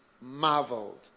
marveled